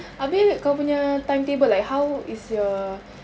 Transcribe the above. abeh kau punya time table like how is your